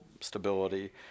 stability